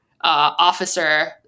officer